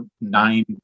nine